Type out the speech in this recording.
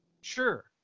Sure